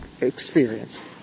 experience